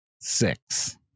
Six